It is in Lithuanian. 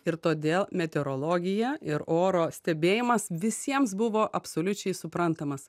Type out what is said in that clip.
ir todėl meteorologija ir oro stebėjimas visiems buvo absoliučiai suprantamas